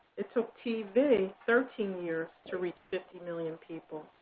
it took tv thirteen years to reach fifty million people.